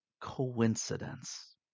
coincidence